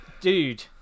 Dude